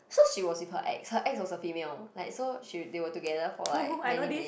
so she was with her ex her ex was a female like so she they were together for like many minute